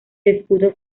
escudo